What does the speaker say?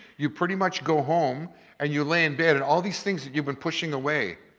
you pretty much go home and you lay in bed and all these things that you've been pushing away,